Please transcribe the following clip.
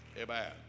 Amen